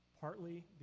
partly